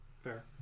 Fair